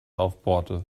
aufbohrte